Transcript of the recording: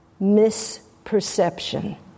misperception